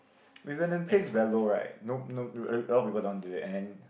pays is very low right no no a lot people don't want do it and